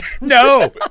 No